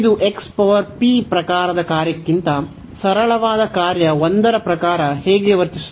ಇದು ಪ್ರಕಾರದ ಕಾರ್ಯಕ್ಕಿಂತ ಸರಳವಾದ ಕಾರ್ಯ 1 ರ ಪ್ರಕಾರ ಹೇಗೆ ವರ್ತಿಸುತ್ತದೆ